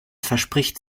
verspricht